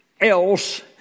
else